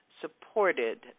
supported